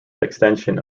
extension